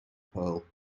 pearl